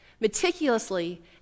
meticulously